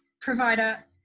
provider